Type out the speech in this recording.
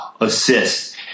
assist